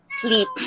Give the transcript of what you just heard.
sleep